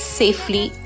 safely